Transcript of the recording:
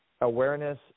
awareness